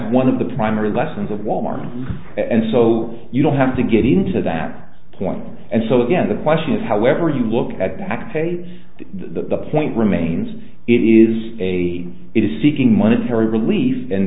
one of the primary lessons of wal mart and so you don't have to get into that point and so again the question is however you look at back pay the point remains it is a it is seeking monetary relief and